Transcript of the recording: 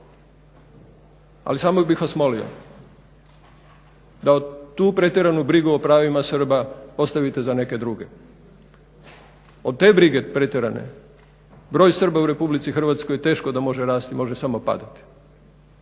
Ali samo bih vas molio da tu pretjeranu brigu o pravima Srba ostavite za neke druge. Od te brige pretjerane broj Srba u RH teško da može rasti može samo padati.